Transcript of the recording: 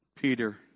Peter